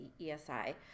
ESI